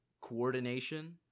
coordination